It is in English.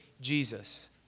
Jesus